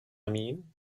mean